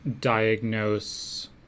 diagnose